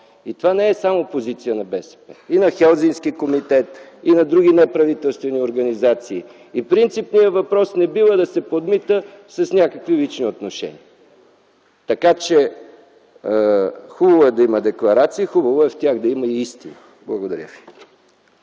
Това не е само позиция на БСП, а и на Хелзинкски комитет, и на други неправителствени организации. Принципният въпрос не бива да се подмита с някакви лични отношения. Така че, хубаво е да има декларации, хубаво е в тях да има и истини! (Ръкопляскания